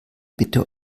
bitte